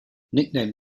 nicknamed